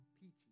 peachy